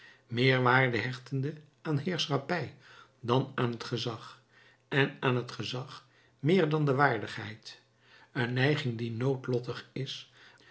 meer waarde hechtende aan heerschappij dan aan het gezag en aan het gezag meer dan de waardigheid een neiging die noodlottig is